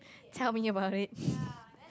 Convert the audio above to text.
tell me about it